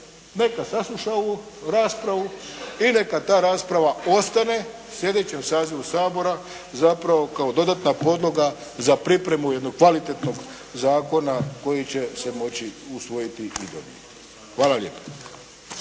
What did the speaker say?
Neka sasluša ovu raspravu i neka ta rasprava ostane slijedećem sazivu Sabora zapravo kao dodatna podloga za pripremu jednog kvalitetnog zakona koji će se moći usvojiti i donijeti. Hvala lijepa.